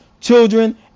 children